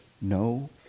no